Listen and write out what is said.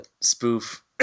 spoof